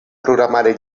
programari